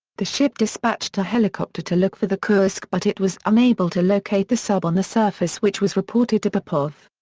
the ship dispatched a helicopter to look for the kursk but it was unable to locate the sub on the surface which was reported to popov.